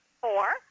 Four